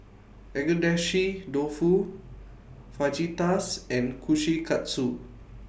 Agedashi Dofu Fajitas and Kushikatsu